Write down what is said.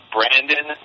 Brandon